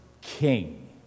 king